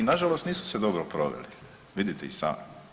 I nažalost nisu se dobro proveli, vidite i sami.